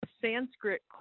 Sanskrit